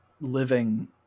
living